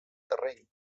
terreny